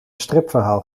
stripverhaal